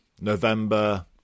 November